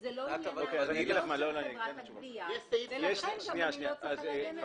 שזה לא עניינן של חברות הגבייה ולכן אני גם לא צריכה להגן על זה.